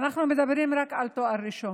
ואנחנו מדברים רק על תואר ראשון.